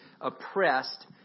oppressed